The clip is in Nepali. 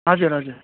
हजुर हजुर